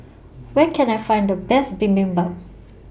Where Can I Find The Best Bibimbap